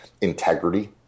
integrity